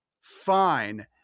fine